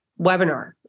webinar